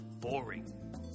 boring